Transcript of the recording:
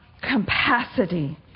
capacity